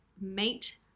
mate